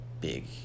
big